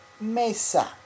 mesa